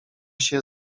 się